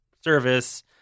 service